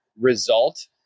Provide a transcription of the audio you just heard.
result